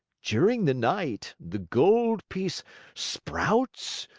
during the night, the gold piece sprouts,